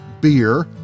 beer